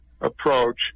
approach